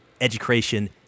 education